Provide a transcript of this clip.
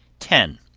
ten.